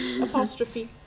apostrophe